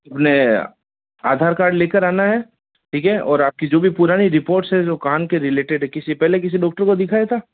अपने आधार कार्ड ले कर आना है ठीक है और आप की जो भी पुरानी रिपोर्ट्स है जो कान के रिलेटेड है किसी पहले किसी डॉक्टर को दिखाया था